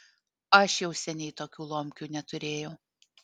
aš jau seniai tokių lomkių neturėjau